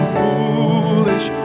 foolish